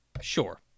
Sure